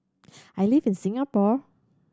I live in Singapore